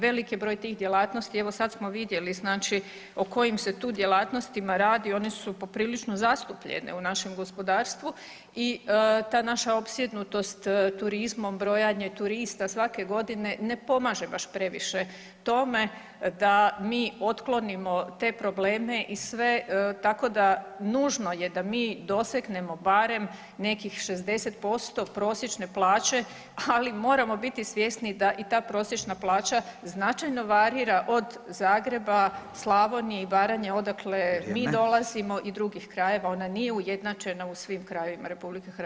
Veliki je broj tih djelatnosti evo sad smo vidjeli znači o kojim se tu djelatnostima radi, one su poprilično zastupljene u našem gospodarstvu i ta naša opsjednutost turizmom, brojanje turista svake godine ne pomaže baš previše tome da mi otklonimo te probleme i sve tako da nužno je da mi dosegnemo barem nekih 60% prosječne plaće, ali moramo biti svjesni da i ta prosječna plaća značajno varira od Zagreba, Slavonije i Baranje odakle mi dolazimo [[Upadica Radin: Vrijeme.]] i drugih krajeva, ona nije ujednačena u svim krajevima RH.